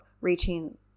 reaching